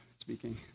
speaking